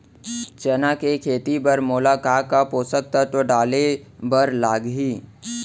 चना के खेती बर मोला का का पोसक तत्व डाले बर लागही?